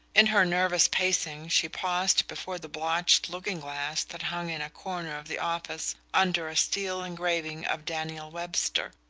in her nervous pacings she paused before the blotched looking-glass that hung in a corner of the office under a steel engraving of daniel webster.